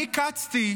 אני קצתי,